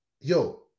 yo